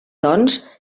doncs